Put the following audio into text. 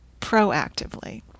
proactively